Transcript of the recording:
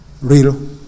real